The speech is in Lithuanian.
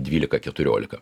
dvylika keturiolika